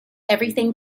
everything